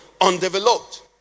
undeveloped